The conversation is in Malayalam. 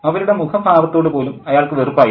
അവരുടെ മുഖഭാവത്തോടു പോലും അയാൾക്ക് വെറുപ്പായിരുന്നു